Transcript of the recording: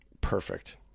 perfect